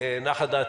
נחה דעתי,